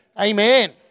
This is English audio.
amen